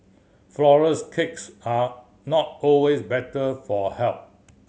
flourless cakes are not always better for health